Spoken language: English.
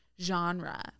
genre